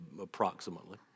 approximately